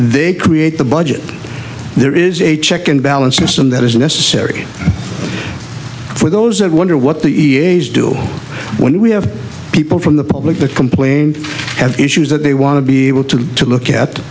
they create the budget there is a check and balance system that is necessary for those that wonder what the e a s do when we have people from the public to complain have issues that they want to be able to look at